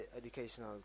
educational